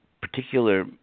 particular